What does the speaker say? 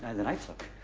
and that i took.